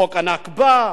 חוק הנכבה,